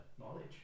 Knowledge